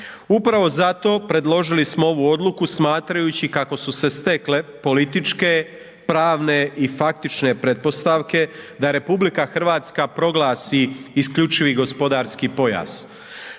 Upravo zato predložili smo ovu odluku smatrajući kako su se stekle političke, pravne i faktične pretpostavke da RH proglasi isključivi gospodarski pojas.